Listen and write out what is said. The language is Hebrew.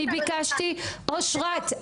אושרת,